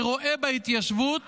שרואה בהתיישבות